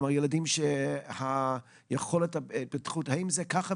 כלומר ילדים שיכולת ההתפתחות -- האם זה ככה?